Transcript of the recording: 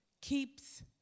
keeps